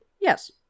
Yes